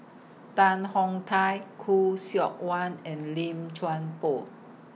Tan Hong Thai Khoo Seok Wan and Lim Chuan Poh